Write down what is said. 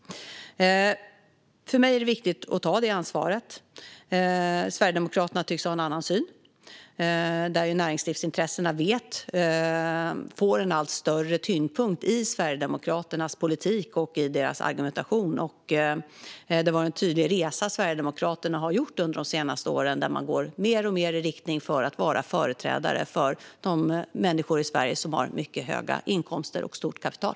För mig är det viktigt att ta det ansvaret. Sverigedemokraterna tycks ha en annan syn. Näringslivsintressena får en allt större tyngd i Sverigedemokraternas politik och argumentation. Det är en tydlig resa Sverigedemokraterna har gjort under de senaste åren - man går mer och mer i riktning mot att vara företrädare för de människor i Sverige som har mycket höga inkomster och stort kapital.